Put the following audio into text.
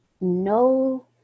no